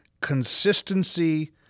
consistency